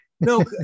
No